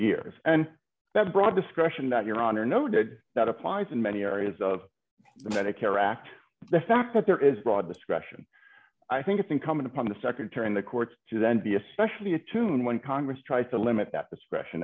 years and that broad discretion that your honor noted that applies in many areas of the medicare act the fact that there is broad discretion i think it's incumbent upon the nd term the courts to then be especially attuned when congress tries to limit that discretion